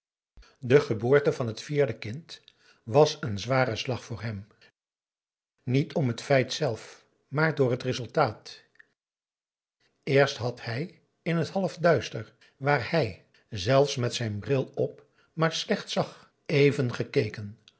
de geboorte van dat vierde kind was een zware slag voor hem niet om het feit zelf maar door het resultaat eerst had hij in t half duister waar hij zelfs met zijn bril op maar slecht zag even gekeken